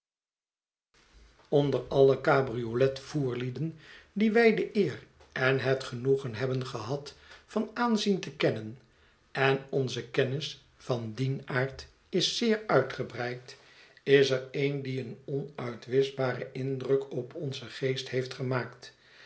onder alle cabriolet voerlieden die wij de eer en het genoegen hebben gehad van aanzien te kennen en onze kennis van dien aard is zeer uitgebreid is er een die een onuitwischbaren indruk op onzen geest heeft gemaakt